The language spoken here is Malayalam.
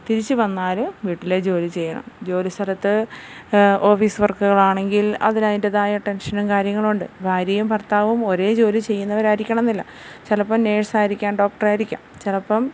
തിരിച്ച് വന്നാല് വീട്ടിലെ ജോലി ചെയ്യണം ജോലി സ്ഥലത്ത് ഓഫീസ് വർക്ക്കളാണെങ്കിൽ അതിന് അതിൻ്റെതായ ടെൻഷനും കാര്യങ്ങളും ഉണ്ട് ഭാര്യയും ഭർത്താവും ഒരേ ജോലി ചെയ്യുന്നവരായിരിക്കണം എന്നില്ല ചിലപ്പം നേഴ്സായിരിക്കാം ഡോക്ടറായിരിക്കാം ചിലപ്പം